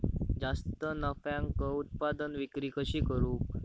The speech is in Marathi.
जास्त नफ्याक उत्पादन विक्री कशी करू?